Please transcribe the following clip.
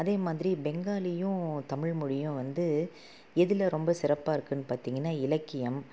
அதேமாதிரி பெங்காலியும் தமிழ் மொழியும் வந்து எதில் ரொம்ப சிறப்பாக இருக்குதுன்னு பார்த்திங்கன்னா இலக்கியம்